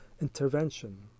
intervention